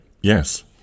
Yes